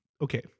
okay